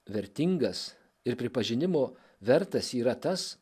vertingas ir pripažinimo vertas yra tas